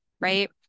right